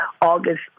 August